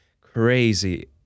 crazy